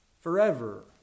forever